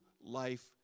life